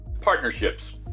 Partnerships